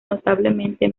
notablemente